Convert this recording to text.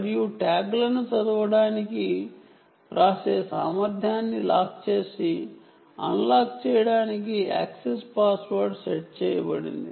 మరియు ట్యాగ్లను చదవడానికి వ్రాసే సామర్థ్యాన్ని లాక్ చేయడానికి అన్లాక్ చేయడానికి యాక్సెస్ పాస్వర్డ్ సెట్ చేయబడింది